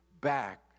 back